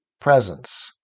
presence